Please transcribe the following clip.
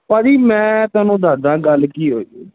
ਭਾਅ ਜੀ ਮੈਂ ਤੁਹਾਨੂੰ ਦੱਸਦਾ ਗੱਲ ਕੀ ਹੋਈ ਹੈ